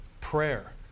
prayer